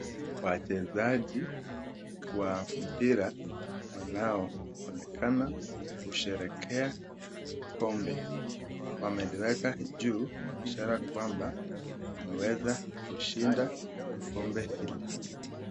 Wachezaji wa mpira wanoonekana kusherekea kikombe wameweka juu ishara kwamba wameweza kushinda kikombe hili.